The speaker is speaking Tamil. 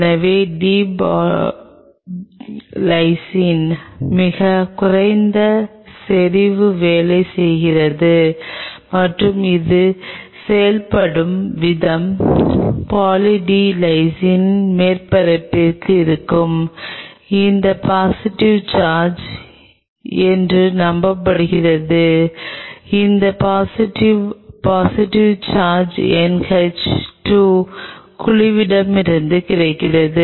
எனவே பாலி டி லைசினுடன் மிகக் குறைந்த செறிவு வேலை செய்கிறது மற்றும் அது செயல்படும் விதம் பாலி டி லைசினின் மேற்பரப்பில் இருக்கும் இந்த பாசிட்டிவ் சார்ஜ் என்று நம்பப்படுகிறது இந்த பாசிட்டிவ் பாசிட்டிவ் சார்ஜ் NH 2 குழுக்களிடமிருந்து கிடைக்கிறது